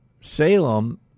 Salem